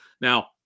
Now